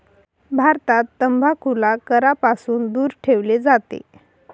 भारतात तंबाखूला करापासून दूर ठेवले जाते